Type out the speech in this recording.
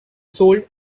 sold